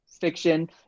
fiction